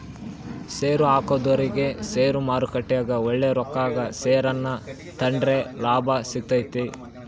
ಷೇರುಹಾಕಿದೊರಿಗೆ ಷೇರುಮಾರುಕಟ್ಟೆಗ ಒಳ್ಳೆಯ ರೊಕ್ಕಕ ಷೇರನ್ನ ತಾಂಡ್ರೆ ಲಾಭ ಸಿಗ್ತತೆ